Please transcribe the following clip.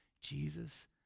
Jesus